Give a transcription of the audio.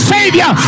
Savior